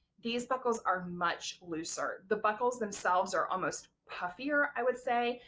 these buckles are much looser. the buckles themselves are almost puffier, i would say,